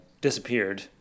disappeared